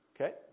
Okay